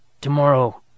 Tomorrow